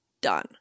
done